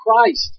Christ